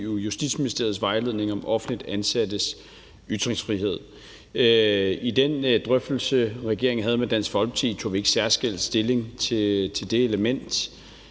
Justitsministeriets vejledning om offentligt ansattes ytringsfrihed. I den drøftelse, regeringen havde med Dansk Folkeparti, tog vi ikke særskilt stilling til det element,